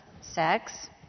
sex